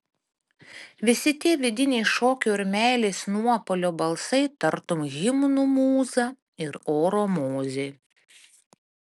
visi tie vidiniai šokio ir meilės nuopuolio balsai tartum himnų mūza ir oro mozė